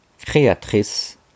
créatrice